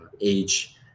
age